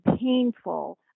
painful